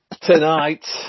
tonight